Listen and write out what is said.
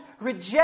reject